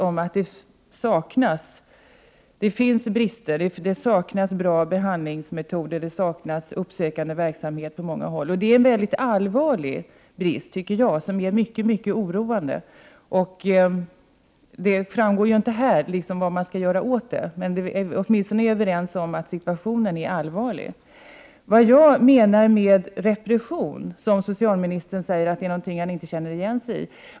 Det finns brister på många håll, det saknas bra behandlingsmetoder och uppsökande verksamhet. Det är en allvarlig brist, och den är mycket oroande. Av socialministerns svar framgår inte vad man skall göra åt detta, men vi är åtminstone överens om att situationen är allvarlig. Socialministern säger att han inte känner igen sig i beskrivningen av en tilltagande repressiv anda.